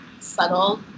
subtle